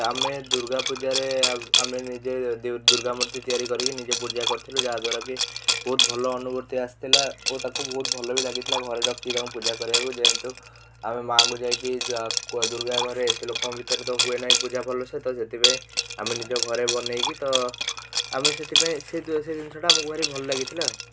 ଆମେ ଦୁର୍ଗା ପୂଜାରେ ଆମେ ନିଜେ ଦୁର୍ଗା ମୂର୍ତ୍ତି ତିଆରି କରିକି ନିଜେ ପୂଜା କରିଥିଲୁ ଯାହା ଦ୍ୱାରା କି ବହୁତ ଭଲ ଅନୁଭୂତି ଆସିଥିଲା ଓ ତାକୁ ବହୁତ ଭଲ ବି ଲାଗିଥିଲା ଘରେ ରଖିକି ତାଙ୍କୁ ପୂଜା କରିବାକୁ ଯେହେତୁ ଆମେ ମାଆଙ୍କୁ ଯାଇକି ଦୁର୍ଗା ଘରେ ଏତେ ଲୋକଙ୍କ ଭିତରେ ତ ହୁଏନାହିଁ ପୂଜା ଭଲସେ ତ ସେଥିପାଇଁ ଆମେ ନିଜ ଘରେ ବନେଇକି ତ ଆମେ ସେଥିପାଇଁ ସେଇ ସେଇ ଜିନିଷଟା ଆମକୁ ଭାରି ଭଲ ଲାଗିଥିଲା